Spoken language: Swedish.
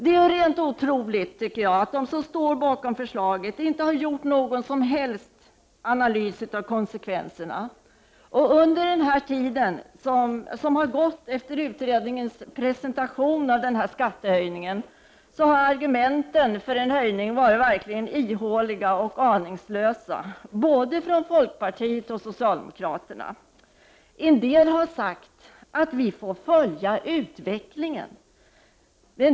Det är rent otroligt att de som står bakom förslaget inte har gjort någon som helst analys av konsekvenserna. Under den tid som har gått efter utredningens presentation av denna skattehöjning har argumenten för en höjning varit verkligen ihåliga och aningslösa, från både folkpartiet och socialdemokraterna. En del har sagt att vi får följa utvecklingen.